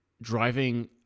Driving